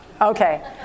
Okay